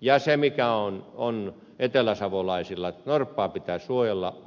ja se tavoite mikä on eteläsavolaisilla että norppaa pitää suojella on yhteneväinen